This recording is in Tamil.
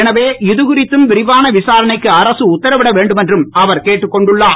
எனவே இதுகுறித்தும் விரிவான விசாரணைக்கு அரக உத்தரவிட வேண்டும் என்றும் அவர் கேட்டுக்கொண்டுள்ளார்